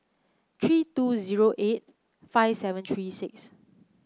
three two zero eight five seven three six